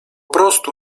prostu